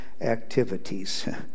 activities